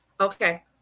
Okay